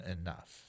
Enough